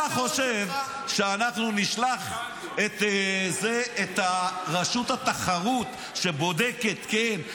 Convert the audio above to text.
אתה חושב שאנחנו נשלח את רשות התחרות, שבודקת, כן,